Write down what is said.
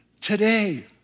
today